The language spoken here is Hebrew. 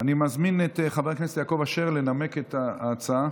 אני מזמין את חבר הכנסת יעקב אשר לנמק את ההצעה.